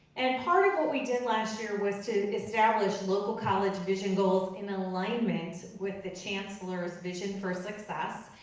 and part of what we did last year was to establish local college vision goals in alignment with the chancellor's vision for success,